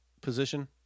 position